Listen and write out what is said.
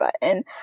button